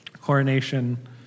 coronation